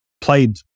played